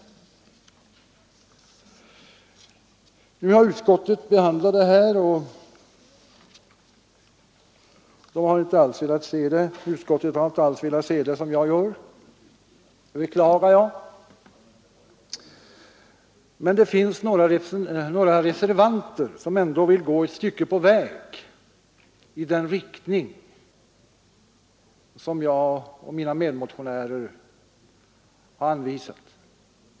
Utskottet har inte alls velat se frågan på det sätt som jag här beskrivit, och det beklagar jag. Men det finns några reservanter som ändå vill gå ett stycke i den riktning som jag och mina medmotionärer har anvisat.